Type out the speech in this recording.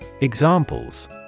Examples